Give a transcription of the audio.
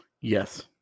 Yes